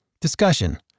Discussion